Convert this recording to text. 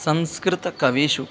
संस्कृतकविषु